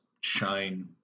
shine